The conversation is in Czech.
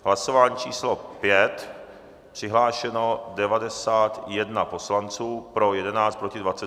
Hlasování číslo 5, přihlášeno 91 poslanců, pro 11, proti 23.